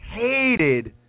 hated